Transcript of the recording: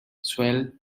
swell